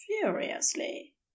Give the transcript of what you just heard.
furiously